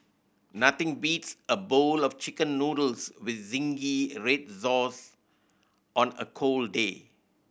nothing beats a bowl of Chicken Noodles with zingy red sauce on a cold day